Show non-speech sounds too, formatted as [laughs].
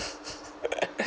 [laughs]